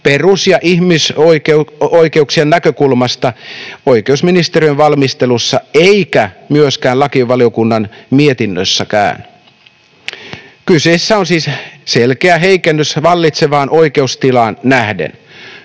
perus- ja ihmisoikeuksien näkökulmasta oikeusministeriön valmistelussa eikä myöskään lakivaliokunnan mietinnössä. Kyseessä on siis selkeä heikennys vallitsevaan oikeustilaan nähden.